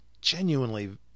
Genuinely